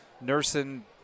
nursing